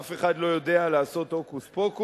אף אחד לא יודע לעשות הוקוס-פוקוס